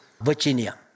Virginia